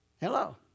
Hello